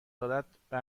دارد، به